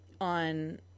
on